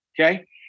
okay